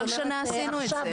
הרי הנוער לא מתחיל לעבוד רק היום.